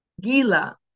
Gila